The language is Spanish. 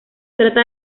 trata